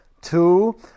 two